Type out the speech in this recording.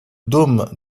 dôme